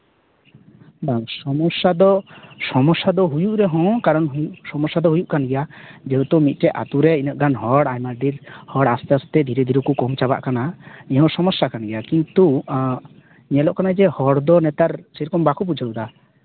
ᱵᱟᱝ ᱥᱚᱢᱚᱥᱥᱟ ᱫᱚ ᱥᱚᱢᱚᱥᱥᱟ ᱫᱚ ᱦᱩᱭᱩᱜ ᱨᱮᱦᱚᱸ ᱠᱟᱨᱚᱱ ᱥᱚᱢᱚᱥᱥᱟ ᱫᱚ ᱦᱩᱭᱩᱜ ᱠᱟᱱ ᱜᱮᱭᱟ ᱡᱮᱦᱮᱛᱩ ᱢᱤᱫᱴᱮᱱ ᱟᱹᱛᱩ ᱨᱮ ᱤᱱᱟᱹᱜ ᱜᱟᱱ ᱦᱚᱲ ᱟᱭᱢᱟ ᱰᱷᱮᱨ ᱦᱚᱲ ᱟᱥᱛᱮᱼᱟᱥᱛᱮ ᱫᱷᱤᱨᱮ ᱫᱷᱤᱨᱮ ᱠᱚ ᱠᱚᱢ ᱪᱟᱵᱟᱜ ᱠᱟᱱᱟ ᱱᱤᱭᱟᱹ ᱦᱚᱸ ᱥᱚᱢᱚᱥᱥᱟ ᱠᱟᱱ ᱜᱮᱭᱟ ᱠᱤᱱᱛᱩ ᱧᱮᱞᱚᱜ ᱠᱟᱱᱟ ᱡᱮ ᱦᱚᱲ ᱫᱚ ᱱᱮᱛᱟᱨ ᱥᱮᱨᱚᱠᱚᱢ ᱵᱟᱠᱚ ᱵᱩᱡᱷᱟᱹᱣᱫᱟ